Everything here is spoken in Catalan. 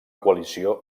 coalició